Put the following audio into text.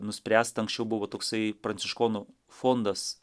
nuspręsta anksčiau buvo toksai pranciškonų fondas